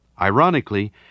Ironically